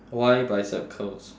why bicep curls